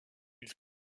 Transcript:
ils